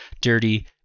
dirty